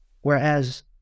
Whereas